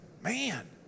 Man